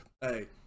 Hey